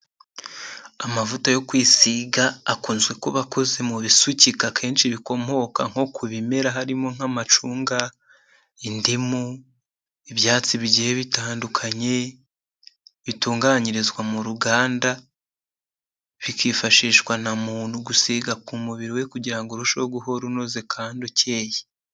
Amavuta yo kwisiga, akunzwe kuba akuze mu bisukika akenshi bikomoka nko ku bimera harimo nk'amacunga, indimu, ibyatsi bigiye bitandukanye, bitunganyirizwa mu ruganda, bikifashishwa na muntu, gusiga ku mubiri we kugirango urusheho guhora unoze kandi ukeye.